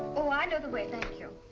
oh, i know the way, thank you.